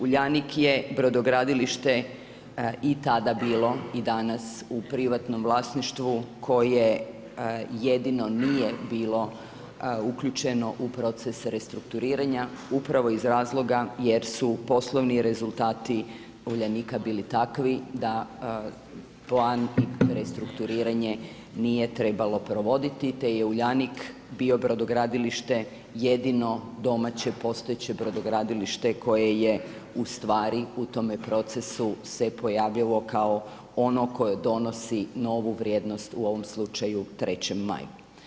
Uljanik je brodogradilišta i tada bilo i danas u privatnom vlasništvu koje jedino nije bilo uključeno u proces restrukturiranja, upravo iz razloga jer su poslovni rezultati Uljanika bili takvi da plan i restrukturiranje nije trebalo provoditi te je Uljanik bio brodogradilište, jedino, domaće, postojeće brodogradilište, koje je u stvari u tome procesu se pojavilo kao ono koje donosi novu vrijednost u ovom slučaju 3. Maju.